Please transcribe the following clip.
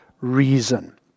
reason